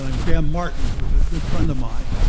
um graham martin who was a good friend of mine.